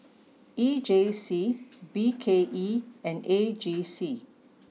E J C B K E and A G C